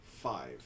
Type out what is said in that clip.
five